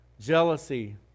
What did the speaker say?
jealousy